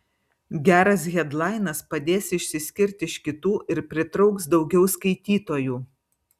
geras hedlainas padės išsiskirt iš kitų ir pritrauks daugiau skaitytojų